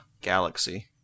Galaxy